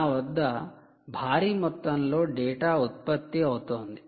నా వద్ద భారీ మొత్తంలో డేటా ఉత్పత్తి అవుతోంది